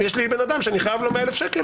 יש לי בן אדם שאני חייב לו 100 אלף שקלים,